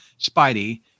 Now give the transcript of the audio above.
Spidey